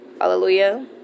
Hallelujah